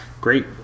great